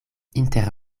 inter